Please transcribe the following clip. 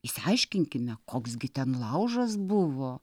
išsiaiškinkime koks gi ten laužas buvo